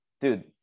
Dude